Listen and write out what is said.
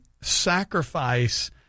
sacrifice